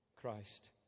Christ